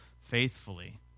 faithfully